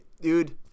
dude